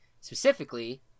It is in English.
specifically